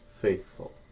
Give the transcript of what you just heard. faithful